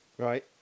Right